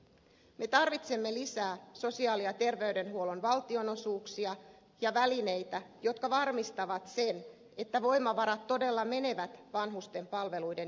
me tarvitsemme lisää sosiaali ja terveydenhuollon valtionosuuksia ja välineitä jotka varmistavat sen että voimavarat todella menevät vanhusten palveluiden järjestämiseen